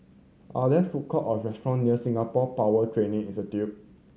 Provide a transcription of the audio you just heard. are there food court or restaurant near Singapore Power Training Institute